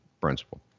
principle